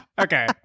okay